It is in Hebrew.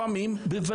לפעמים,